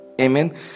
amen